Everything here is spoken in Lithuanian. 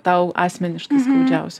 tau asmeniškai skaudžiausia